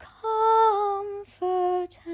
comfort